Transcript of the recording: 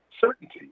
Certainty